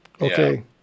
Okay